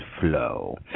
flow